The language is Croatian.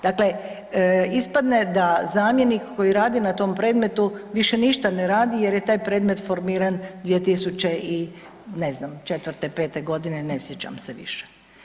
Dakle, ispadne da zamjenik koji radi na tom predmetu više ništa ne radi jer je taj predmet formiran 2000 i ne znam četvrte, pete godine, ne sjećam se više.